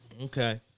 Okay